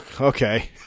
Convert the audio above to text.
okay